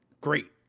great